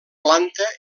planta